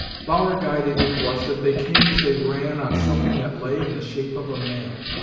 flower-guided it was that they came as they ran on something that lay in the shape of a man.